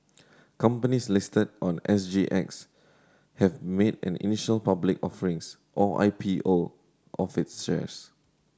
companies listed on S G X have made an initial public offerings or I P O of its shares